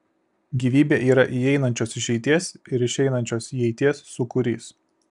gyvybė yra įeinančios išeities ir išeinančios įeities sūkurys